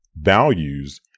values